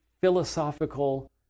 philosophical